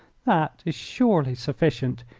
that is surely sufficient.